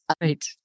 right